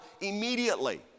immediately